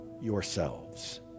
yourselves